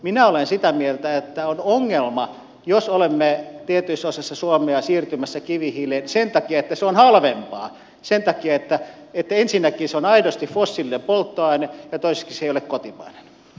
minä olen sitä mieltä että on ongelma jos olemme tietyissä osissa suomea siirtymässä kivihiileen sen takia että se on halvempaa sen takia että ensinnäkin se on aidosti fossiilinen polttoaine ja toiseksi se ei ole kotimainen